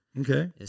Okay